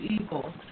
evil